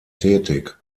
tätig